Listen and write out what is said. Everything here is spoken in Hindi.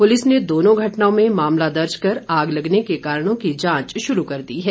पुलिस ने दोनों घटनाओं में मामला दर्ज कर आग लगने के कारणों की जांच शुरू कर दी है